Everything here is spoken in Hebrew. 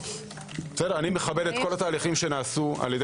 אני מכבד את כל התהליכים שנעשו על ידי